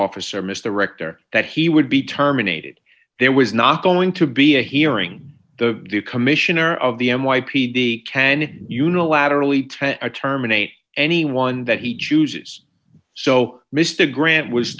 office or missed the rector that he would be terminated there was not going to be a hearing the commissioner of the n y p d can unilaterally to terminate anyone that he chooses so mr grant was